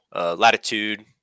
latitude